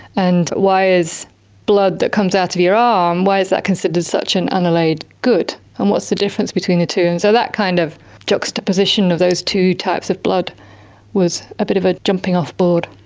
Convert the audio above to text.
and why is blood that comes out of your arm, why is that considered such an unallied good, and what's the difference between the two? and so that kind of juxtaposition of those two types of blood was a bit of a jumping-off board.